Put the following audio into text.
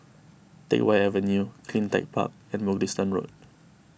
Teck Whye Avenue CleanTech Park and Mugliston Road